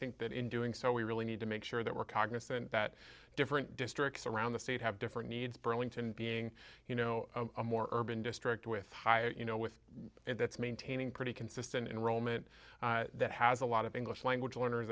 think that in doing so we really need to make sure that we're cognizant that different districts around the state have different needs burlington being you know a more urban district with higher you know with and that's maintaining pretty consistent in rome and that has a lot of english language learners